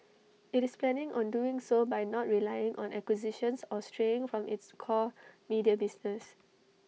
IT is planning on doing so by not relying on acquisitions or straying from its core media business